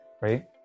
right